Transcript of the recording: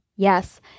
Yes